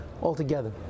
altogether